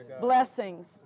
Blessings